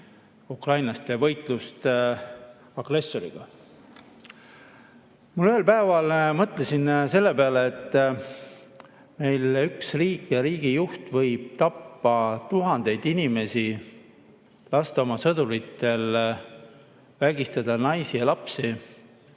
ukrainlaste võitlust agressoriga. Ma ühel päeval mõtlesin selle peale, et üks riik ja riigijuht võib tappa tuhandeid inimesi, lasta oma sõduritel vägistada naisi ja lapsi